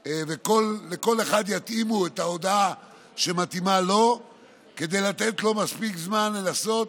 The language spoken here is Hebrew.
לכל אחד יתאימו את ההודעה שמתאימה לו כדי לתת לו מספיק זמן לנסות